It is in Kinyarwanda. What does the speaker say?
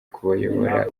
kubayobora